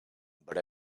but